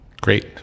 Great